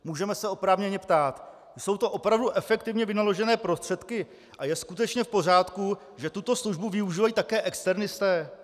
Můžeme se oprávněně ptát: Jsou to opravdu efektivně vynaložené prostředky a je skutečně v pořádku, že tuto službu využívají také externisté?